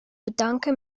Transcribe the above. bedanke